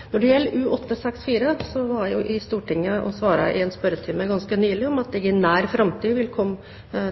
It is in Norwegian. det skulle skje ting. Når det gjelder U-864, var jeg i Stortinget og svarte i en spørretime ganske nylig at vi i nær framtid vil komme